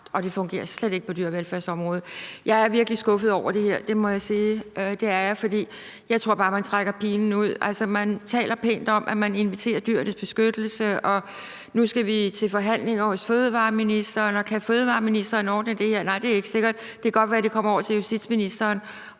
og det fungerer slet ikke på dyrevelfærdsområdet. Jeg er virkelig skuffet over det her; det må jeg sige. Det er jeg, fordi jeg bare tror, man trækker pinen ud. Altså, man taler pænt om, at man inviterer Dyrenes Beskyttelse, og at nu skal vi til forhandling hos fødevareministeren. Kan fødevareministeren ordne det her? Nej, det er ikke sikkert. Det kan godt være, det kommer over til justitsministeren